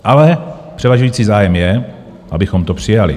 Ale převažující zájem je, abychom to přijali.